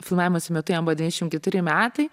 filmavimosi metu jam buvo dešyniasdešimt keturi metai